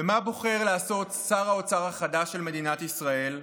ומה בוחר לעשות שר האוצר החדש של מדינת ישראל?